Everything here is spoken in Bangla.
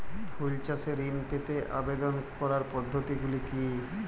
ফুল চাষে ঋণ পেতে আবেদন করার পদ্ধতিগুলি কী?